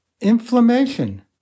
Inflammation